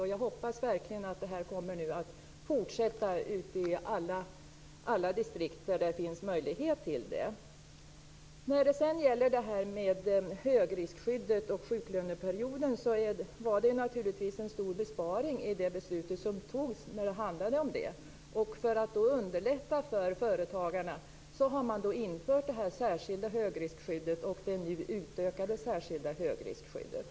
Jag hoppas verkligen att det kommer att fortsätta ute i alla distrikt där det finns möjlighet till det. När det sedan gäller högriskskyddet och sjuklöneperioden var det naturligtvis en stor besparing i det beslut som fattades. För att underlätta för företagarna har man infört det särskilda högriskskyddet och det nu utökade särskilda högriskskyddet.